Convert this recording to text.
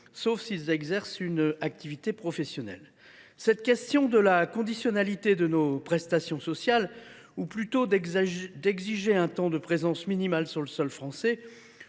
sauf s’ils exercent une activité professionnelle. Cette question de la conditionnalité de nos prestations sociales, ou plutôt l’idée d’exiger un temps de présence minimale sur le sol français